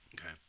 Okay